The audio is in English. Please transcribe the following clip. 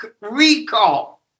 recall